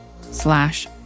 slash